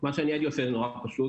מה שהייתי עושה, מאוד פשוט.